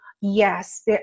yes